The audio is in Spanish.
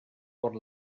por